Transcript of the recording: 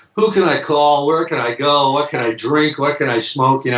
who can i call? where can i go? what can i drink? what can i smoke? you know